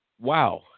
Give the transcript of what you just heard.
Wow